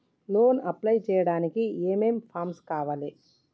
Loan apply చేయడానికి ఏం ఏం ఫామ్స్ కావాలే?